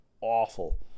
Awful